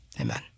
Amen